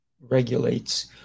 regulates